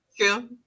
True